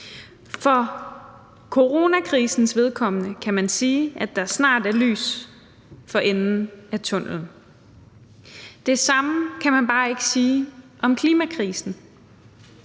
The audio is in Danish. For coronakrisens vedkommende kan man sige, at der snart er lys for enden af tunnellen. Det samme kan man bare ikke sige om klimakrisen.